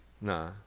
nah